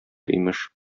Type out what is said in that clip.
имеш